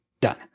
Done